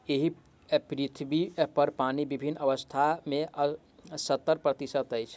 एहि पृथ्वीपर पानि विभिन्न अवस्था मे सत्तर प्रतिशत अछि